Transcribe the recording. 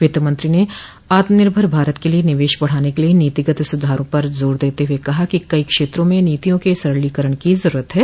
वित्तमंत्री ने आत्मनिर्भर भारत के लिए निवेश बढ़ाने के लिए नीतिगत सुधार पर जोर देते हुए कहा कि कई क्षेत्रों में नीतियों को सरलीकरण करने की जरूरत है